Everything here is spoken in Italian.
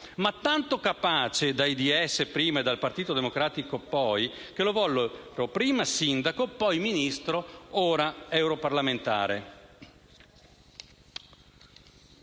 ma tanto capace, dai DS prima e dal Partito Democratico poi, che lo vollero prima sindaco, poi Ministro, ora europarlamentare.